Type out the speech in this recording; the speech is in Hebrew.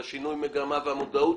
שינוי מגמה ומודעות.